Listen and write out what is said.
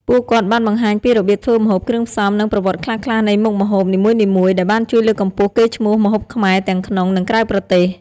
ពួកគាត់បានបង្ហាញពីរបៀបធ្វើម្ហូប គ្រឿងផ្សំ និងប្រវត្តិខ្លះៗនៃមុខម្ហូបនីមួយៗ ដែលបានជួយលើកកម្ពស់កេរ្តិ៍ឈ្មោះម្ហូបខ្មែរទាំងក្នុង និងក្រៅប្រទេស។